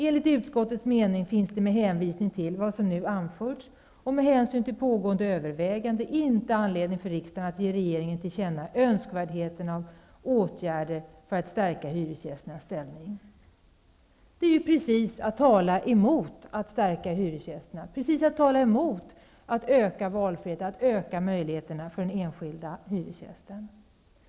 Enligt utskottets mening finns det med hänvisning till vad som nu anförts och med hänsyn till pågående överväganden inte anledning för riksdagen att ge regeringen till känna önskvärdheten av åtgärder för att stärka hyresgästernas ställning.'' Detta är precis att tala emot en förstärkning av hyresgästernas ställning samt en ökning av valfriheten och möjligheterna för den enskilde hyresgästen.